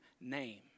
name